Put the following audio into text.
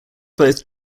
both